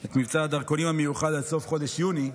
את מבצע הדרכונים המיוחד עד סוף חודש יוני.